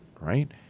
right